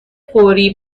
فوری